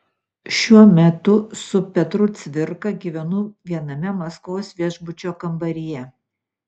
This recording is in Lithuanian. šiuo metu su petru cvirka gyvenu viename maskvos viešbučio kambaryje